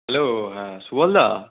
hello হ্যাঁ সুবল দা